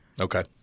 Okay